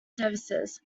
services